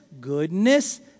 goodness